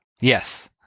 Yes